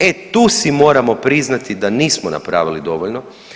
E tu si moramo priznati da nismo napravili dovoljno.